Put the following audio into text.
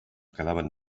quedaven